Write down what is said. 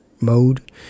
mode